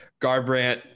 Garbrandt